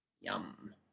Yum